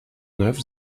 neuf